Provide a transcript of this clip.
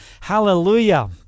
Hallelujah